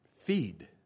feed